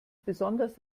besonders